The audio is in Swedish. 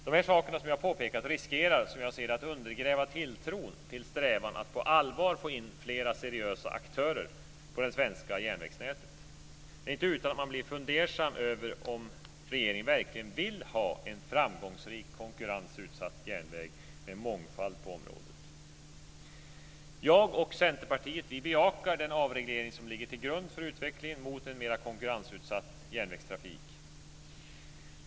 De saker som jag har påpekat riskerar som jag ser det att undergräva tilltron till strävan att på allvar få in flera seriösa aktörer på det svenska järnvägsnätet. Det är inte utan att man blir fundersam över om regeringen verkligen vill ha en framgångsrik konkurrensutsatt järnvägstrafik med mångfald på området. Jag och Centerpartiet bejakar den avreglering som ligger till grund för utvecklingen mot en mer konkurrensutsatt järnvägstrafik.